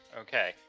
Okay